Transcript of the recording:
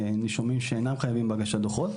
לנישומים שאינם חייבים בהגשת דוחות.